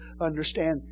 understand